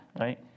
right